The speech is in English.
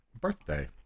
birthday